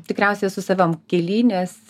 tikriausiai esu savam kely nes